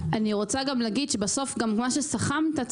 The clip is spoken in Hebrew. אני רוצה להגיד שבסוף מה שסכמת,